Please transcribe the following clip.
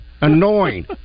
annoying